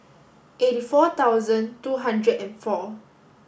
eighty four thousand two hundred and four